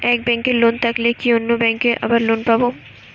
এক ব্যাঙ্কে লোন থাকলে কি অন্য ব্যাঙ্কে আবার লোন পাব?